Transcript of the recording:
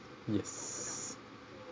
yes